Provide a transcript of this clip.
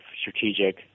strategic